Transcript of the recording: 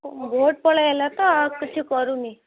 vote ପଳେଇ ଆସିଲା ଆଉ ତ କିଛି କରୁନି